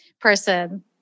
person